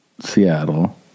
Seattle